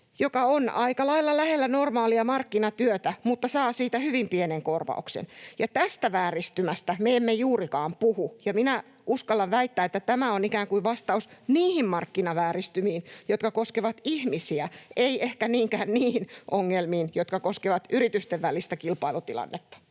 joka on aika lailla lähellä normaalia markkinatyötä, mutta saa siitä hyvin pienen korvauksen, ja tästä vääristymästä me emme juurikaan puhu. Ja minä uskallan väittää, että tämä on ikään kuin vastaus niihin markkinavääristymiin, jotka koskevat ihmisiä, ei ehkä niinkään niihin ongelmiin, jotka koskevat yritysten välistä kilpailutilannetta.